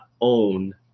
own